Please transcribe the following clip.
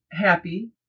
happy